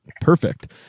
Perfect